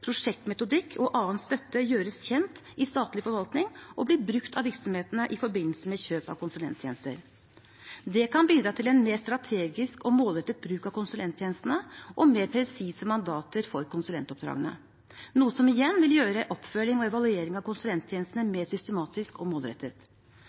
prosjektmetodikk og annen støtte gjøres kjent i statlig forvaltning og blir brukt av virksomhetene i forbindelse med kjøp av konsulenttjenester. Det kan bidra til en mer strategisk og målrettet bruk av konsulenttjenestene og mer presise mandater for konsulentoppdragene, noe som igjen vil gjøre oppfølging og evaluering av konsulenttjenestene